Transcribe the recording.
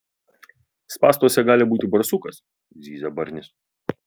spąstuose gali būti barsukas zyzia barnis